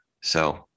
So-